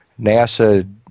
NASA